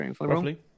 Roughly